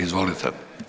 Izvolite.